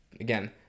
again